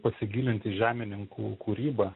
pasigilint į žemininkų kūryba